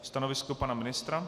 Stanovisko pana ministra?